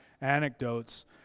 anecdotes